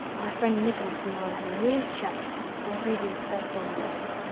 my friend nicholas and i had a little chat and agreed it was best all around.